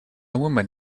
woman